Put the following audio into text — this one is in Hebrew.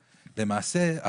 למעשה,